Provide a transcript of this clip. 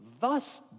Thus